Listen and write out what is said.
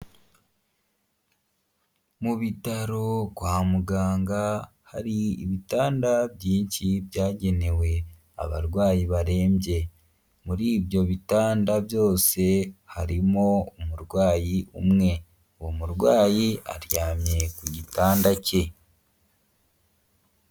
Mu bitaro kwa muganga hari ibitanda byinshi byagenewe abarwayi barembye, muri ibyo bitanda byose harimo umurwayi umwe, uwo murwayi aryamye ku gitanda cye.